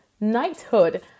knighthood